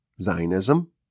Zionism